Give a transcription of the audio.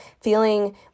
feeling